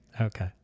Okay